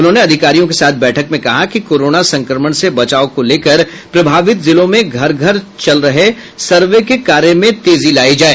उन्होंने अधिकारियों के साथ बैठक में कहा कि कोरोना संक्रमण से बचाव को लेकर प्रभावित जिलों में घर घर चल रहे सर्वे के कार्यों में तेजी लाया जाए